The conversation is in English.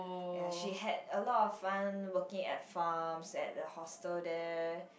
ya she had a lot of fun working at farms at the hostel there